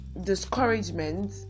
discouragement